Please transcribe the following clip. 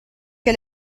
che